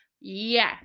yes